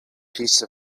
piece